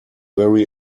very